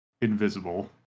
invisible